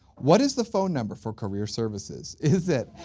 what is the phone number for career services? is it,